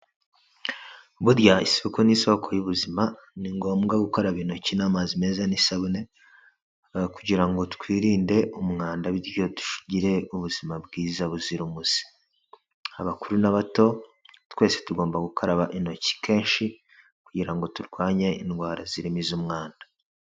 Buriya isuku ni isoko y'ubuzima, ni ngombwa gukaraba intoki n'amazi meza n'isabune, kugira ngo twirinde umwanda bityo tugire ubuzima bwiza buzira umuze. Abakuru n'abato twese tugomba gukaraba intoki kenshi, kugira ngo turwanye indwara zirimo iz'umwanda.